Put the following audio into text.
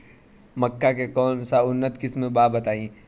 मक्का के कौन सा उन्नत किस्म बा बताई?